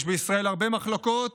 יש בישראל הרבה מחלוקות,